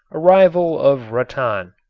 a rival of rattan.